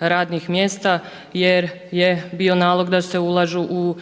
radnih mjesta jer je bio nalog da se ulažu u